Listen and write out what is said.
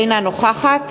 אינה נוכחת